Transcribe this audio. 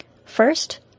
First